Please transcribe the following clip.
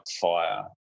fire